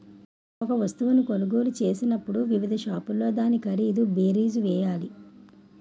ఒక వస్తువును కొనుగోలు చేసినప్పుడు వివిధ షాపుల్లో దాని ఖరీదు బేరీజు వేయాలి